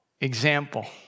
example